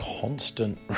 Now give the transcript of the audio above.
constant